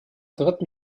dritten